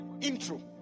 intro